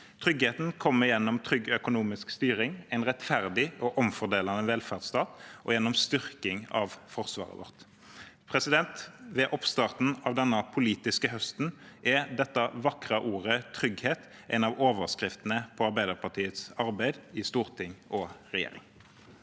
Tryggheten kommer gjennom trygg økonomisk styring, gjennom en rettferdig og omfordelende velferdsstat og gjennom styrking av forsvaret vårt. Ved oppstarten av denne politiske høsten er dette vakre ordet, «trygghet», en av overskriftene på Arbeiderpartiets arbeid i storting og regjering.